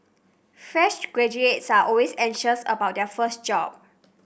fresh graduates are always anxious about their first job